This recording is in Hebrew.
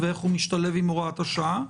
איך הוא משתלב עם הוראת השעה,